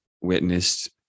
witnessed